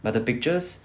but the pictures